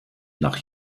nach